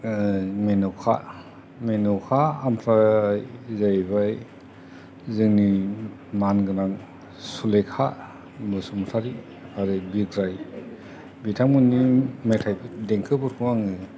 मेन'का मेन'का ओमफ्राय जायैबाय जोंनि मान गोनां सुलेका बसुमतारी आरो बिग्राय बिथां मोननि मेथाइ देंखोफोरखौ हाय आङो